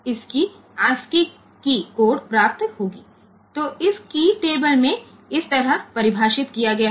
તેથી આ કી કોષ્ટકમાં પૃથક બાઈટમાં આ રીતે વ્યાખ્યાયિત થયેલ છે